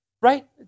right